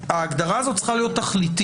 ההגדרה הזאת צריכה להיות תכליתית.